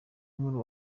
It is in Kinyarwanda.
nkuru